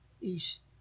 east